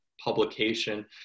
publication